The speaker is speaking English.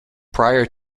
prior